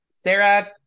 Sarah